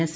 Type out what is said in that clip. S